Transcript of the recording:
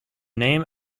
name